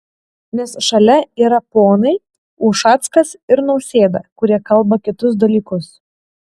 nes šalia yra ponai ušackas ir nausėda kurie kalba kitus dalykus